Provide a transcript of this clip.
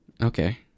Okay